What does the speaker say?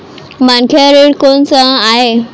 मनखे ऋण कोन स आय?